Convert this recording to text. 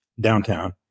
downtown